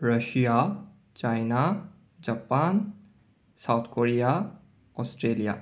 Russia China Japan South Korea Australia